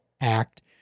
act